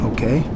Okay